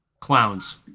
clowns